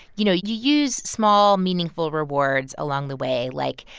you know, you use small, meaningful rewards along the way, like,